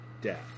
death